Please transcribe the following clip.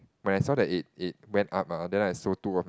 when I saw that it it when up ah then I sold two of my